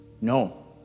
no